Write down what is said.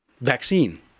vaccine